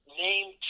name